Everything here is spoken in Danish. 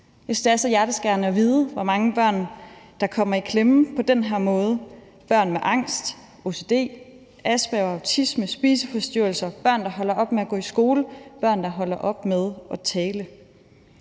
synes, det er så hjerteskærende at vide, hvor mange børn der kommer i klemme på den her måde – børn med angst, ocd, Aspergers syndrom, autisme, spiseforstyrrelser, børn, der holder op med at gå i skole, og børn, der holder op med at tale.